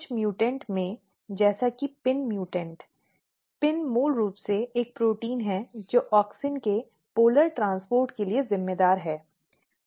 कुछ म्यूटेंट में जैसे कि pin म्यूटेंट PIN मूल रूप से एक प्रोटीन है जो ऑक्सिन के ध्रुवीय परिवहन के लिए जिम्मेदार है